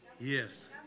Yes